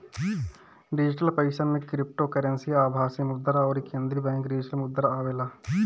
digital पईसा में cryptocurrency, आभासी मुद्रा अउरी केंद्रीय बैंक डिजिटल मुद्रा आवेला